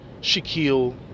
Shaquille